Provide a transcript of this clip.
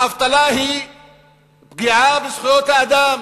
האבטלה היא פגיעה בזכויות האדם,